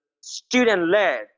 student-led